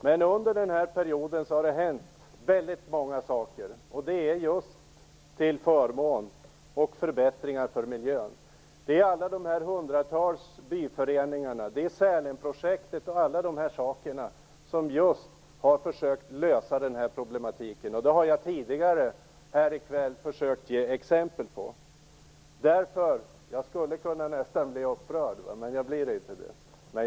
Men under den här perioden är det mycket som har hänt när det gäller förbättringar för miljön. Det handlar om alla hundratals byföreningar, Sälenprojektet m.m. som alla bidragit till att försöka lösa detta problem, vilket jag tidigare här i kväll har försökt att ge exempel på. Jag skulle kunna bli upprörd, men jag blir inte det.